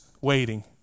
waiting